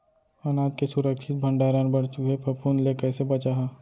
अनाज के सुरक्षित भण्डारण बर चूहे, फफूंद ले कैसे बचाहा?